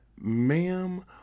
Ma'am